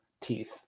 teeth